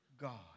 God